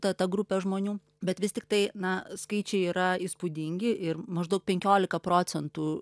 ta ta grupė žmonių bet vis tiktai na skaičiai yra įspūdingi ir maždaug penkiolika procentų